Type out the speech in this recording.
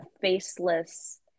faceless